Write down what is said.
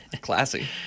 Classy